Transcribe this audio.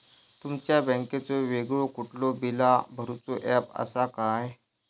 तुमच्या बँकेचो वेगळो कुठलो बिला भरूचो ऍप असा काय?